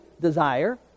desire